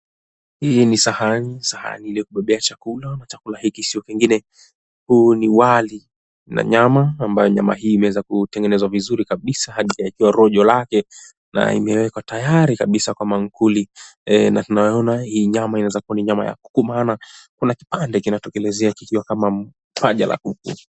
Hii ni sahani sahani ilioebeba chakula chakula hiki sio chengine huu ni wali na nyama ambayo nyama hii imeweza kutengenezwa vizuri kabisa hadi rojo lake na imwekwa tayari kabisa kwa maankuli naona hii nyama inaweza kuwa ya kuku maana kuna kipande kina tokelezea kama paja la kuku.